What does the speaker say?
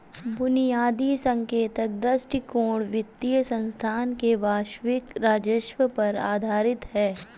बुनियादी संकेतक दृष्टिकोण वित्तीय संस्थान के वार्षिक राजस्व पर आधारित है